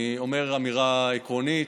אני אומר אמירה עקרונית